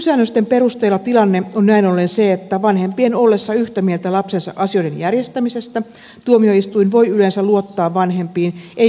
nykysäännösten perusteella tilanne on näin ollen se että vanhempien ollessa yhtä mieltä lapsensa asioiden järjestämisestä tuomioistuin voi yleensä luottaa vanhempiin eikä lasta kuulla